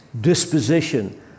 disposition